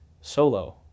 solo